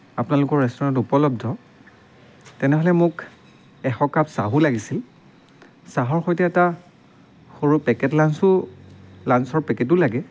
আপোনালোকৰ ৰেষ্টুৰেণ্টত উপলব্ধ তেনেহ'লে মোক এশ কাপ চাহো লাগিছিল চাহৰ সৈতে এটা সৰু পেকেট লাঞ্চো লাঞ্চৰ পেকেটো লাগে